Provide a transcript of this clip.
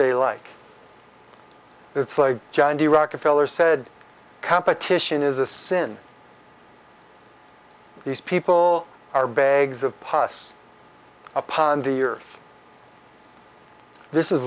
they like it's like john d rockefeller said competition is a sin these people are bags of pus upon the earth this is